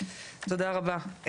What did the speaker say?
תודה רבה,